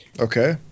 Okay